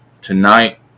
tonight